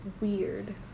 weird